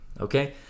okay